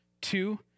Two